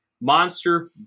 Monster